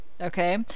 Okay